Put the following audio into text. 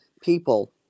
people